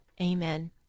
Amen